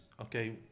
okay